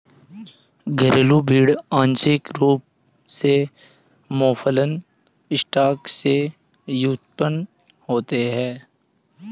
घरेलू भेड़ आंशिक रूप से मौफलन स्टॉक से व्युत्पन्न होते हैं